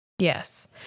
Yes